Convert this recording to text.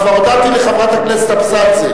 כבר הודעתי על חברת הכנסת אבסדזה.